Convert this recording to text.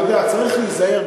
אתה יודע, צריך להיזהר.